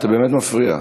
אתה באמת מפריע.